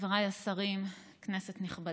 חבריי השרים, כנסת נכבדה,